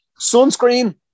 Sunscreen